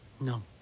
no